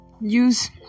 use